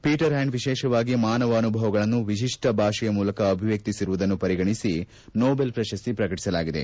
Peter ಪ್ಯಾಂಡ್ ವಿಶೇಷವಾಗಿ ಮಾನವ ಅನುಭವಗಳನ್ನು ವಿಶಿಷ್ಠ ಭಾಷೆಯ ಮೂಲಕ ಅಭಿವ್ಯಕ್ತಿಸಿರುವುದನ್ನು ಪರಿಗಣಿಸಿ ನೋಬಲ್ ಪ್ರಶಸ್ತಿ ಪ್ರಕಟಿಸಿದೆ